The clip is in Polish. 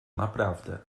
naprawdę